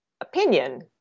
opinion